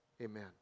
amen